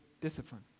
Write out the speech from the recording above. discipline